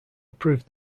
approved